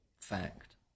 fact